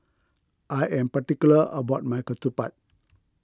I am particular about my Ketupat